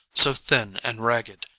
so thin and ragged,